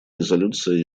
резолюция